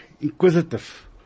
inquisitive